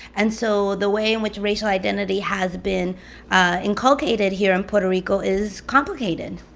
and so the way in which racial identity has been inculcated here in puerto rico is complicated,